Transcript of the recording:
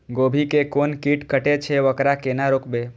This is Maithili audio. गोभी के कोन कीट कटे छे वकरा केना रोकबे?